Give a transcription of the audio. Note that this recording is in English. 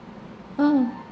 uh